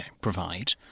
provide